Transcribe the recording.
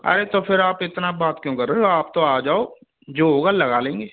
अरे तो फिर आप इतना बात क्यों कर रहे हो आप तो आ जाओ जो होगा लगा लेंगे